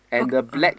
oh ah